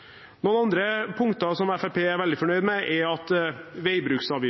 Noen andre punkter som Fremskrittspartiet er veldig fornøyd med, er at